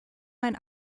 mein